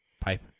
Pipe